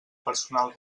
personal